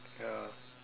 ya